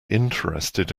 interested